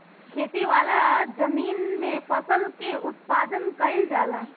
खेती वाला जमीन में फसल के उत्पादन कईल जाला